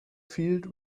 field